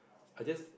I just